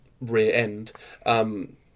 rear-end